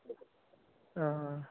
हां